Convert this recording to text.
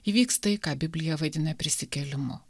įvyks tai ką biblija vadina prisikėlimu